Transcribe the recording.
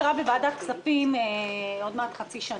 (היו"ר משה גפני) אני חברה בוועדת הכספים כבר כמעט חצי שנה.